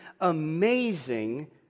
amazing